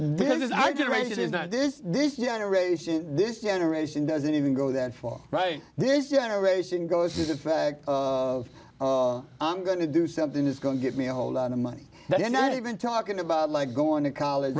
this is our generation is not this this generation this generation doesn't even go that far right this generation goes is a fact of i'm going to do something is going to get me a hold on the money that you're not even talking about like going to college